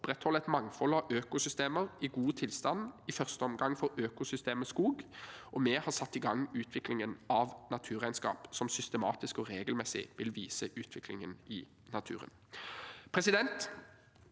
opprettholde et mangfold av økosystemer i god tilstand, i første omgang for økosystemet skog, og vi har satt i gang utviklingen av naturregnskap som systematisk og regelmessig vil vise utviklingen i naturen. Jeg